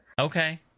Okay